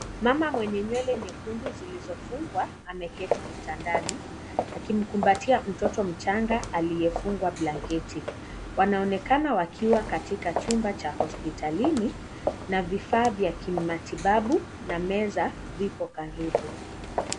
Mama mwenye nywele nyekundu zilizofungwa ameketi kitandani akimkumbatia mtoto mchanga aliyefungwa blanketi. Wanonekana wakiwa katika chumba cha hospitalini na vifaa vya kimatibabu na meza vipo karibu.